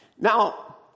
Now